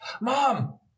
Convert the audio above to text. Mom